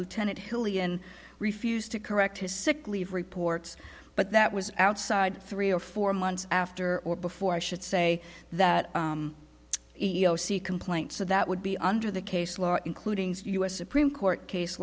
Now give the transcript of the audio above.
lieutenant hilly and refused to correct his sick leave reports but that was outside three or four months after or before i should say that e e o c complaint so that would be under the case law including u s supreme court case